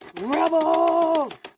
Rebels